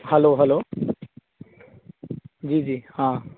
hello hello जी जी हँ